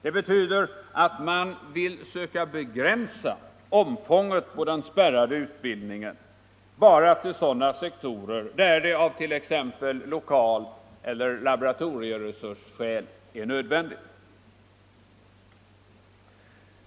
Det betyder att man vill söka begränsa omfånget på den spärrade utbildningen till endast sådana sektorer där det av t.ex. lokaleller laboratorieresursskäl är nödvändigt.